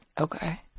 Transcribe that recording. Okay